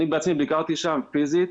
אני בעצמי ביקרתי שם פיזית.